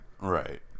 Right